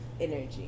energy